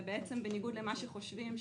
ובעצם בניגוד למה שחושבים,